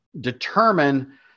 determine